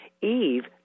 Eve